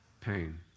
Pain